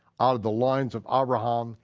out of the lines of abraham,